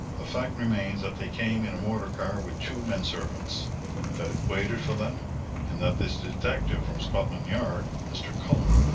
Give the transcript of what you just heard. the fact remains that they came in a motor car with two men-servants that it waited for them and that this detective from scotland yard mr. cullen,